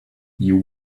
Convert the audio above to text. you